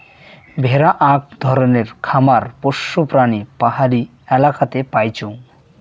ভেড়া আক ধরণের খামার পোষ্য প্রাণী পাহাড়ি এলাকাতে পাইচুঙ